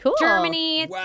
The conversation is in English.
Germany